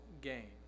gain